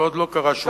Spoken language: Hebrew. ועוד לא קרה שום דבר.